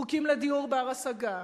חוקים לדיור בר-השגה,